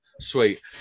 sweet